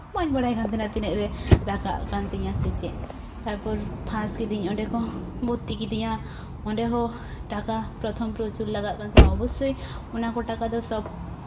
ᱵᱟᱹᱧ ᱵᱟᱲᱟᱭ ᱠᱟᱱ ᱛᱟᱦᱮᱱᱟ ᱛᱤᱱᱟᱹᱜ ᱨᱮ ᱨᱟᱠᱟᱵ ᱠᱟᱱ ᱛᱤᱧᱟ ᱥᱮ ᱪᱮᱫ ᱛᱟᱨᱯᱚᱨ ᱯᱷᱟᱥ ᱠᱤᱫᱤᱧ ᱚᱸᱰᱮ ᱠᱚ ᱵᱷᱚᱛᱛᱤ ᱠᱤᱫᱤᱧᱟ ᱚᱸᱰᱮ ᱦᱚᱸ ᱴᱟᱠᱟ ᱯᱨᱚᱛᱷᱚᱢ ᱯᱨᱚᱪᱩᱨ ᱞᱟᱜᱟᱜ ᱠᱟᱱ ᱛᱟᱦᱮᱱᱟ ᱚᱵᱚᱥᱥᱳᱭ ᱚᱱᱟ ᱠᱚ ᱴᱟᱠᱟ ᱫᱚ ᱥᱚᱵᱽ